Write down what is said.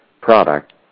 product